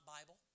Bible